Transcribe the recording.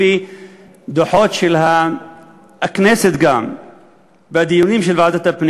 גם לפי דוחות של הכנסת והדיונים של ועדת הפנים